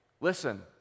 Listen